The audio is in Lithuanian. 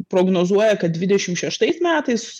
prognozuoja kad dvidešimt šeštaisiais metais